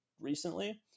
recently